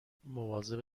مواظب